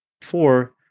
four